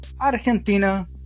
Argentina